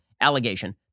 allegation